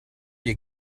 you